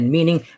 Meaning